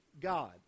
God